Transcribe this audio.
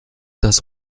das